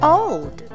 old